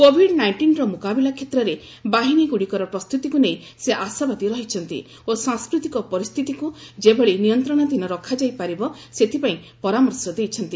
Covid ନାଇଷ୍ଟିନର ମୁକାବିଲା କ୍ଷେତ୍ରରେ ବାହିନୀଗୁଡ଼ିକର ପ୍ରସ୍ତୁତିକୁ ନେଇ ସେ ଆଶାବାଦୀ ରହିଛନ୍ତି ଓ ସାଂସ୍କୃତିକ ପରିସ୍ଥିତିକୁ ଯେଭଳି ନିୟନ୍ତ୍ରଣାଧୀନ ରଖାଯାଇ ପାରିବ ସେଥିପାଇଁ ପରାମର୍ଶ ଦେଇଛନ୍ତି